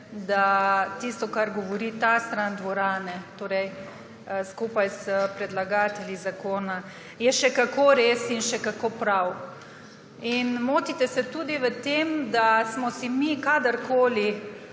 da tisto, kar govori ta stran dvorane, skupaj s predlagatelji zakona, je še kako res in še kako prav. Motite se tudi v tem, da smo mi kadarkoli